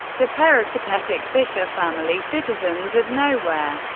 the peripatetic fischer family, citizens of nowhere,